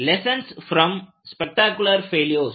lessons from spectacular failures